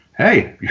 hey